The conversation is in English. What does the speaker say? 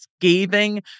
scathing